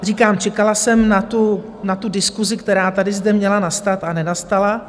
Říkám, čekala jsem na tu diskusi, která tady zde měla nastat a nenastala.